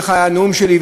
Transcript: "איך היה הנאום שלי?",